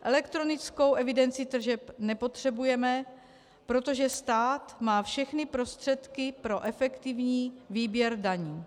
Elektronickou evidenci tržeb nepotřebujeme, protože stát má všechny prostředky pro efektivní výběr daní.